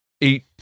eight